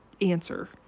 answer